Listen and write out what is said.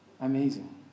amazing